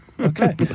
Okay